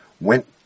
went